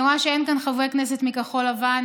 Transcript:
אני רואה שאין כאן חברי כנסת מכחול לבן.